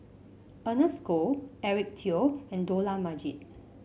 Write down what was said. Ernest Goh Eric Teo and Dollah Majid